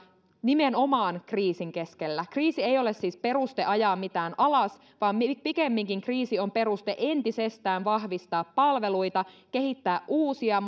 nimenomaan kriisin keskellä kriisi ei ole siis peruste ajaa mitään alas vaan pikemminkin kriisi on peruste entisestään vahvistaa palveluita kehittää uusia